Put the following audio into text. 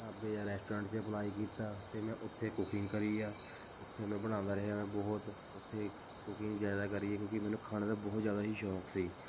ਢਾਬੇ ਜਾਂ ਰੈਸਟੋਰੈਂਟ 'ਚ ਅਪਲਾਈ ਕੀਤਾ ਅਤੇ ਮੈਂ ਉੱਥੇ ਕੁਕਿੰਗ ਕਰੀ ਗਿਆ ਉੱਥੇ ਮੈਂ ਬਣਾਉਂਦਾ ਰਿਹਾ ਮੈਂ ਬਹੁਤ ਉੱਥੇ ਕੁਕਿੰਗ ਜ਼ਿਆਦਾ ਕਰੀ ਕਿਉਂਕਿ ਮੈਨੂੰ ਖਾਣੇ ਦਾ ਬਹੁਤ ਜ਼ਿਆਦਾ ਹੀ ਸ਼ੌਂਕ ਸੀ